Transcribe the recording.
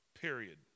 period